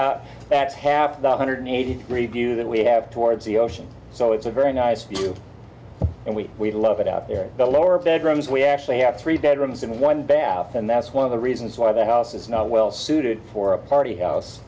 at half nine hundred eighty degree view that we have towards the ocean so it's a very nice view and we we love it out there in the lower bedrooms we actually have three bedrooms and one bath and that's one of the reasons why the house is well suited for a party house